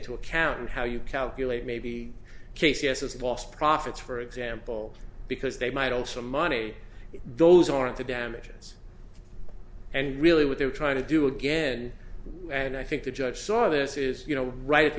into account how you calculate maybe k c s is lost profits for example because they might also money those aren't the damages and really what they're trying to do again and i think the judge saw this is you know right at